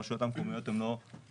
הרשויות המקומיות הן לא שונות.